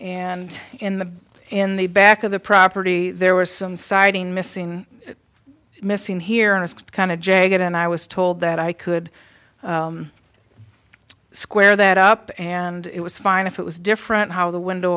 and in the in the back of the property there was some siding missing missing here and just kind of jaded and i was told that i could square that up and it was fine if it was different how the window